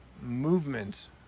movement